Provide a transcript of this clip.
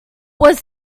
was